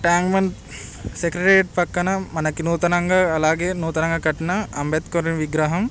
tank Bund secretariat ప్రక్కన మనకి నూతనంగా అలాగే నూతనంగా కట్టిన అంబేద్కర్ విగ్రహం